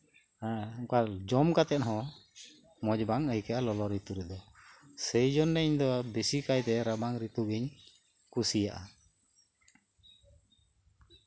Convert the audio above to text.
ᱡᱚᱢ ᱠᱟᱛᱮᱜ ᱦᱚᱸ ᱢᱚᱡᱽ ᱵᱟᱝ ᱟᱹᱭᱠᱟᱹᱜᱼᱟ ᱞᱚᱞᱚ ᱨᱤᱛᱩᱨᱮᱫᱚ ᱥᱮᱭ ᱡᱚᱱᱱᱮ ᱵᱮᱥᱤ ᱠᱟᱭᱛᱮ ᱨᱟᱵᱟᱝ ᱨᱤᱛᱩ ᱜᱤᱧ ᱠᱩᱥᱤᱭᱟᱜᱼᱟ